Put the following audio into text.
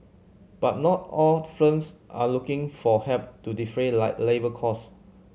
but not all firms are looking for help to defray labour cost